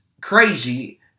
crazy